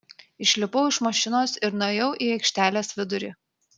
išlipau iš mašinos ir nuėjau į aikštelės vidurį